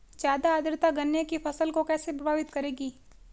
ज़्यादा आर्द्रता गन्ने की फसल को कैसे प्रभावित करेगी?